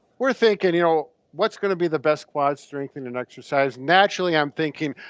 we're thinking, you know what's gonna be the best quad strengthening and exercise? naturally, i'm thinking,